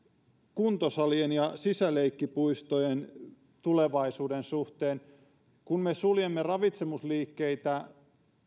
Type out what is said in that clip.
kuntosalien ja sisäleikkipuistojen tulevaisuuden suhteen kun me suljemme ravitsemusliikkeitä